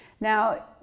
Now